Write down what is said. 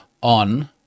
on